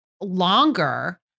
longer